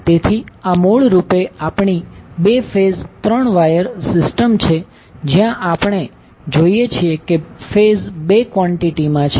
તેથી આ મૂળરૂપે આપણી 2 ફેઝ 3 વાયર સિસ્ટમ છે જ્યાં આપણે જોઈએ છીએ કે ફેઝ 2 ક્વોન્ટીટી માં છે